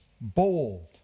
bold